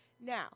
Now